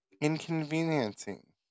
Inconveniencing